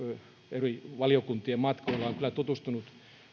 eri valiokuntien matkoilla olen kyllä tutustunut